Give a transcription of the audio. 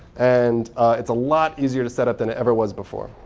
and it's a lot easier to set up than it ever was before.